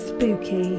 Spooky